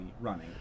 running